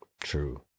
True